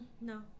no